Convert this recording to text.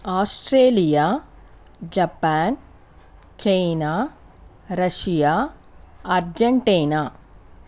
Australia Japan China Russia Argentina